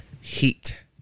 heat